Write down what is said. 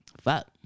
Fuck